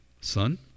son